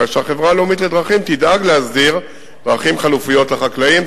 הרי שהחברה הלאומית לדרכים תדאג להסדיר דרכים חלופיות לחקלאים.